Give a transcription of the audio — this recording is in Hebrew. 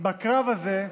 בקרב הזה,